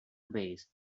base